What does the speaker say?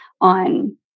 on